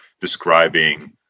describing